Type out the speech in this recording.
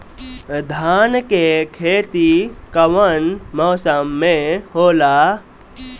धान के खेती कवन मौसम में होला?